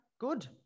Good